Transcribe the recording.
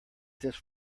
this